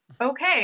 okay